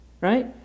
right